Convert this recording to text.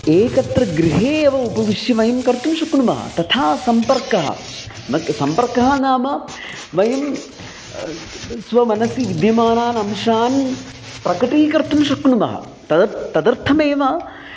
एकत्र गृहे एव उपविश्य वयं कर्तुं शक्नुमः तथा सम्पर्कः नक् सम्पर्कः नाम वयं स्व मनसि विद्यमानान् अंशान् प्रकटीकर्तुं शक्नुमः तदर् तदर्थमेव